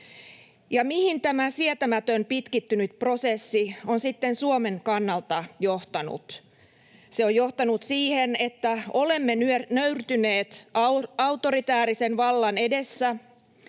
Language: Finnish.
mihin tämä sietämätön pitkittynyt prosessi on sitten Suomen kannalta johtanut? Se on johtanut siihen, että olemme nöyrtyneet autoritäärisen vallan edessä